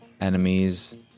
enemies